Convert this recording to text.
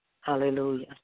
hallelujah